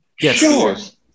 Yes